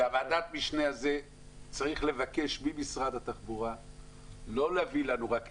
בוועדת המשנה הזאת צריך לבקש ממשרד התחבורה לא להביא לנו רק נייר,